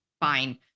fine